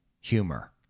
humor